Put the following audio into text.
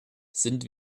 sind